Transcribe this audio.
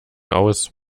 aus